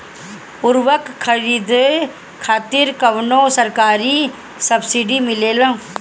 उर्वरक खरीदे खातिर कउनो सरकारी सब्सीडी मिलेल?